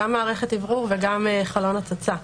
גם מערכת אוורור וגם חלון הצצה.